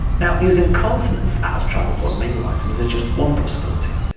now, using continents as travel blog menu items is just one possibility.